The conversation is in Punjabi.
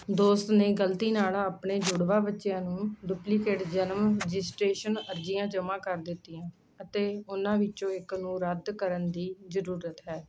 ਦੋਸਤ ਨੇ ਗਲਤੀ ਨਾਲ ਆਪਣੇ ਜੁੜਵਾ ਬੱਚਿਆਂ ਨੂੰ ਡੁਪਲੀਕੇਟ ਜਨਮ ਰਜਿਸਟ੍ਰੇਸ਼ਨ ਅਰਜ਼ੀਆਂ ਜਮ੍ਹਾਂ ਕਰ ਦਿੱਤੀਆਂ ਅਤੇ ਉਨ੍ਹਾਂ ਵਿੱਚੋਂ ਇੱਕ ਨੂੰ ਰੱਦ ਕਰਨ ਦੀ ਜ਼ਰੂਰਤ ਹੈ